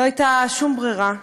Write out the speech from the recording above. לא הייתה שום ברירה,